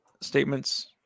statements